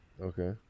okay